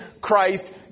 Christ